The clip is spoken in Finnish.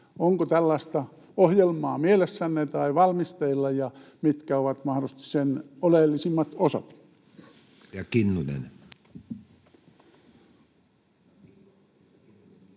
Onko tällaista ohjelmaa mielessänne tai valmisteilla, ja mitkä ovat mahdollisesti sen oleellisimmat osat? [Speech